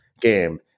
game